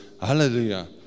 hallelujah